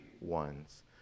ones